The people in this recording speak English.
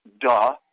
duh